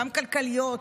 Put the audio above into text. גם כלכליות,